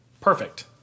Perfect